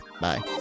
Bye